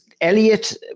Elliot